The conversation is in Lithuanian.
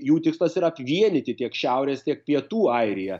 jų tikslas yra apvienyti tiek šiaurės tiek pietų airiją